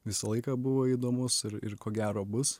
visą laiką buvo įdomus ir ir ko gero bus